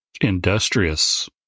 industrious